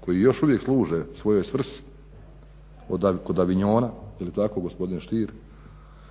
koji uvijek služe svojoj svrsi kod Avignona jel tako gospodine Stier?